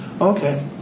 Okay